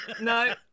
No